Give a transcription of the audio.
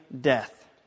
death